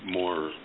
more